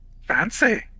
fancy